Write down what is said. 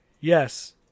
Yes